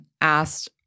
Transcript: asked